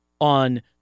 on